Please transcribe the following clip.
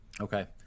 Okay